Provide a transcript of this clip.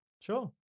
Sure